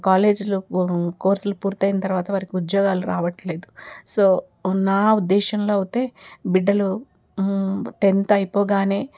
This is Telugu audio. కాలేజీలో కోర్సులు పూర్తయిన తరువాత వారికి ఉద్యోగాలు రావట్లేదు సో నా ఉద్దేశంలో అయితే బిడ్డలు టెన్త్ అయిపోగానే